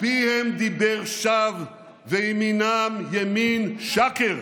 "פיהם דבר שוא וימינם ימין שקר",